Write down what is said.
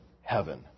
heaven